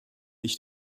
ich